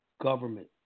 government